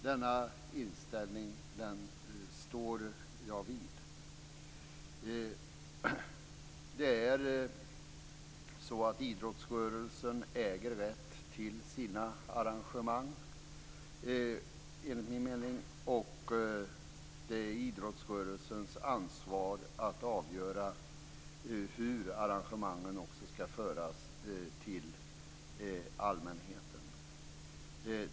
Denna inställning står jag fast vid. Idrottsrörelsen äger, enligt min mening, rätt till sina arrangemang, och det är idrottsrörelsens ansvar att avgöra hur arrangemangen skall föras till allmänheten.